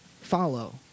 follow